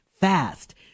fast